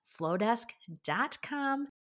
flowdesk.com